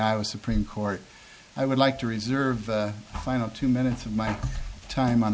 was supreme court i would like to reserve final two minutes of my time on